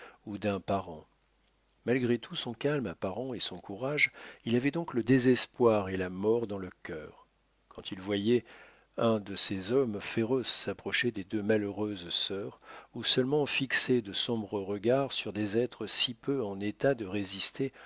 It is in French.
ou d'un parent malgré tout son calme apparent et son courage il avait donc le désespoir et la mort dans le cœur quand il voyait un de ces hommes féroces s'approcher des deux malheureuses sœurs ou seulement fixer de sombres regards sur des êtres si peu en état de résister